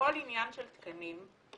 הכול עניין של תקנים,